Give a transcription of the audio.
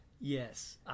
Yes